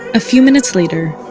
a few minutes later,